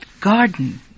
garden